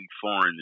foreign